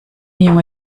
junge